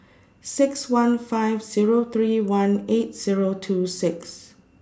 six one five Zero three one eight Zero two six